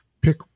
Pick